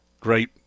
great